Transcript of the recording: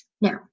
Now